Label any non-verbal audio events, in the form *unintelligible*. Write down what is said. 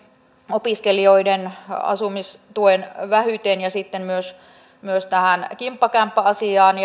opiskelijoiden asumistuen vähyyteen ja sitten myös myös tähän kimppakämppäasiaan *unintelligible*